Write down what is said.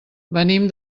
venim